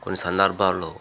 కొన్ని సందర్భాల్లో